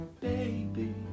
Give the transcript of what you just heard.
baby